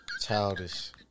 Childish